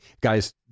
guy's